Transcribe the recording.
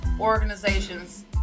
Organization's